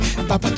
Papa